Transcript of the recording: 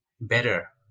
better